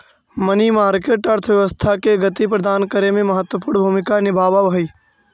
money market अर्थव्यवस्था के गति प्रदान करे में महत्वपूर्ण भूमिका निभावऽ हई